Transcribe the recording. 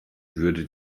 würde